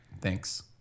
thanks